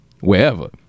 wherever